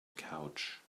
couch